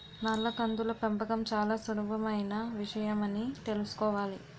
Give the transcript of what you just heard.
నల్ల కందుల పెంపకం చాలా సులభమైన విషయమని తెలుసుకోవాలి